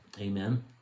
Amen